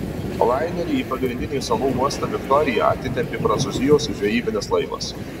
lainerį į pagrindinį salų uostą viktoriją atitempė prancūzijos žvejybinis laivas